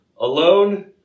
alone